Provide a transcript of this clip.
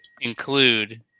include